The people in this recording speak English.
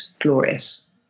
glorious